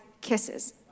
kisses